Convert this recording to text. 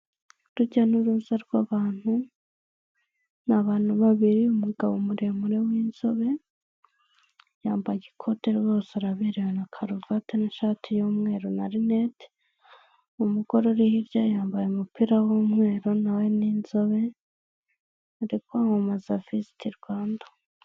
Urujya n'uruza rw'abantu ni abantu babiri umugabo muremure w'inzobe yambaye ikote rwose araberewe na karuvati n'ishati y'umweru rinete, umugore uri hirya yambaye umupira w'umweru na we ni inzobe bari kwamamaza viziti Rwanda.